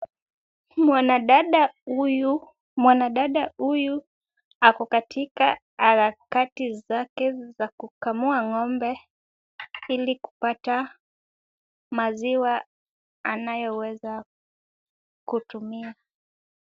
Mwana dada huyu ako katika harakati zake za kukamua ng'ombe ili kupata maziwa anayoweza kutumia.